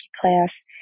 class